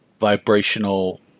vibrational